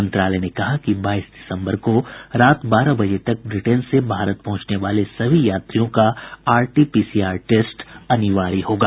मंत्रालय ने कहा कि बाईस दिसम्बर को रात बारह बजे तक ब्रिटेन से भारत पहुंचने वाले सभी यात्रियों का आरटी पीसीआर टैस्ट अनिवार्य होगा